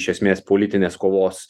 iš esmės politinės kovos